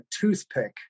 toothpick